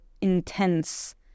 intense